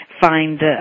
Find